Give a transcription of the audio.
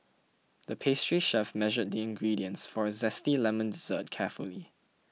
the pastry chef measured the ingredients for a Zesty Lemon Dessert carefully